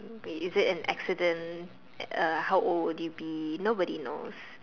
is it an accident uh how old would you be nobody knows